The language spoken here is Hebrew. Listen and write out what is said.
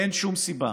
אין שום סיבה